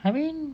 I mean